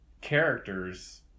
characters